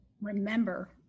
remember